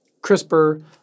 CRISPR